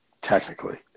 Technically